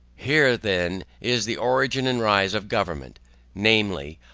here then is the origin and rise of government namely,